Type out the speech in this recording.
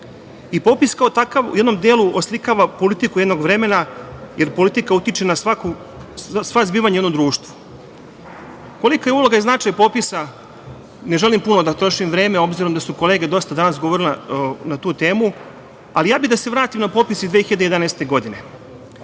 Popis kao takav u jednom delu oslikava politiku jednog vremena, jer politika utiče na sva zbivanja u jednom društvu. Kolika je uloga i značaj popisa ne želim puno da trošim vreme, obzirom da su kolege dosta danas govorili na tu temu, ali ja bih da se vratim na popis iz 2011. godine.